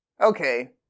Okay